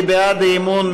מי בעד האי-אמון?